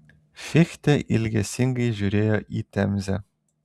fichtė ilgesingai žiūrėjo į temzę